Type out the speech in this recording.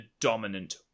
dominant